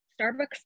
Starbucks